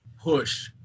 push